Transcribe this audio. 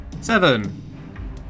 Seven